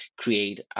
create